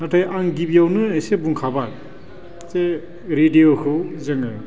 नाथाय आं गिबियावनो एसे बुंखाबाय जे रेदिय'खौ जोङो